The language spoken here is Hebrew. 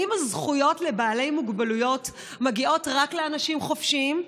האם הזכויות לבעלי מוגבלויות מגיעות רק לאנשים חופשיים?